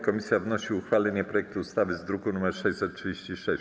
Komisja wnosi o uchwalenie projektu ustawy z druku nr 636.